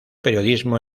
periodismo